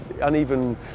uneven